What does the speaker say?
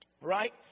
Right